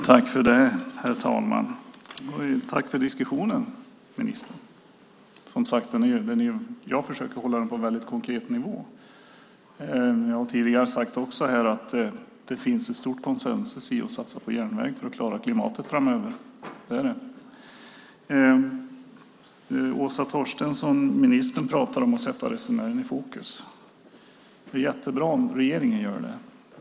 Herr talman! Tack för diskussionen, ministern. Jag försöker att hålla den på en mycket konkret nivå. Jag har tidigare sagt att det finns stor konsensus om att satsa på järnväg för att klara klimatet framöver. Ministern Åsa Torstensson talar om att sätta resenären i fokus. Det är jättebra om regeringen gör det.